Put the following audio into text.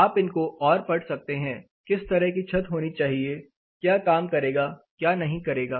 आप इनको और पढ़ सकते हैं किस तरह की छत होनी चाहिएक्या काम करेगा क्या नहीं करेगा